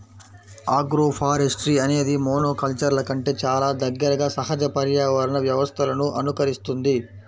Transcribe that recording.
agroforestry అనేది మోనోకల్చర్ల కంటే చాలా దగ్గరగా సహజ పర్యావరణ వ్యవస్థలను అనుకరిస్తుంది